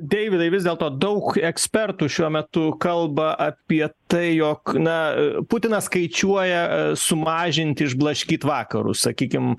deividai vis dėlto daug ekspertų šiuo metu kalba apie tai jog na putinas skaičiuoja sumažinti išblaškyt vakarus sakykim